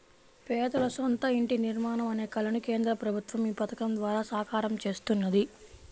పేదల సొంత ఇంటి నిర్మాణం అనే కలను కేంద్ర ప్రభుత్వం ఈ పథకం ద్వారా సాకారం చేస్తున్నది